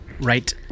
right